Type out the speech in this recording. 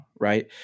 right